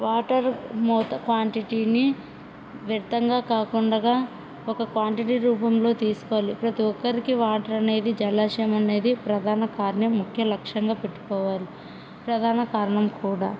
water మూత క్వాంటిటీని వ్యర్ధంగా కాకుండగా ఒక క్వాంటిటీ రూపంలో తీసుకోవాలి ప్రతి ఒక్కరికి వాటర్ అనేది జలాశయం అనేది ప్రధాన కారణం ముఖ్య లక్ష్యంగా పెట్టుకోవాలి ప్రధాన కారణం కూడా